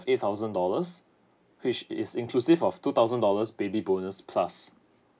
eight thousand dollars which is inclusive of two thousand dollars baby bonus plus